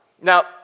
Now